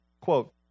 quote